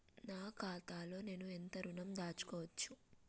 నా ఖాతాలో నేను ఎంత ఋణం దాచుకోవచ్చు?